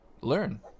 learn